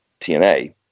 TNA